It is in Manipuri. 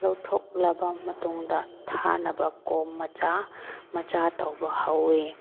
ꯂꯧꯊꯣꯛꯂꯕ ꯃꯇꯨꯡꯗ ꯊꯥꯅꯕ ꯀꯣꯝ ꯃꯆꯥ ꯃꯆꯥ ꯇꯧꯕ ꯍꯧꯏ